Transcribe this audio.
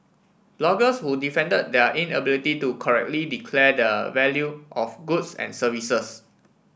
bloggers who defended their inability to correctly declare the value of goods and services